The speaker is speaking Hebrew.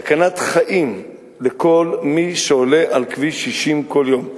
חיים לכל מי שעולה על כביש 60 כל יום.